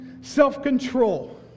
self-control